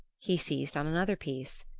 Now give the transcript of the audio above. he seized on another piece.